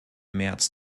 märz